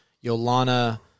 Yolanda